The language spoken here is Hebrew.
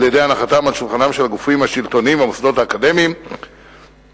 על-ידי הנחתם על שולחנם של הגופים השלטוניים והמוסדות האקדמיים וכן